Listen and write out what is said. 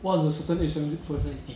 what is the certain age for return